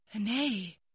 Nay